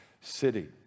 city